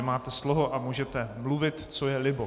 Vy máte slovo a můžete mluvit, co je libo.